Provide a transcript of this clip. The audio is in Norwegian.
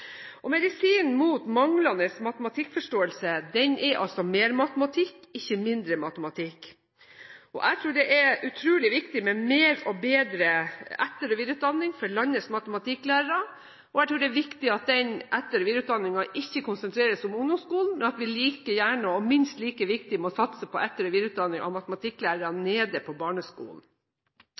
hakk. Medisinen mot manglende matematikkforståelse er mer matematikk, ikke mindre matematikk. Jeg tror det er utrolig viktig med mer og bedre etter- og videreutdanning for landets matematikklærere, og jeg tror det er viktig at den etter- og videreutdanningen ikke konsentrerer seg om ungdomsskolen, men at det er minst like viktig å satse på etter- og videreutdanning av matematikklærere på barneskolen.